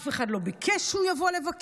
אף אחד לא ביקש שהוא יבוא לבקר,